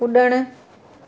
कुॾणु